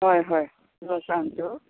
हय हय तुका सांग त्यो